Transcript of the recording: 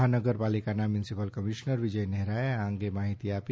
મહાનગર પાલિકાના municipal commissioner Vijay નહેરાએ આ અંગે માહિતી આપી